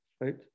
right